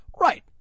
right